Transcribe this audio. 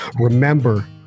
remember